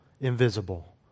invisible